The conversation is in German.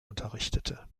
unterrichtete